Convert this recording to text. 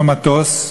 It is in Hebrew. במטוס,